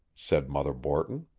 said mother borton.